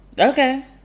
Okay